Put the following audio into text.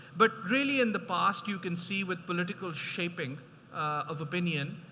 but really, in the past you can see with political shaping of opinion,